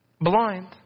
Blind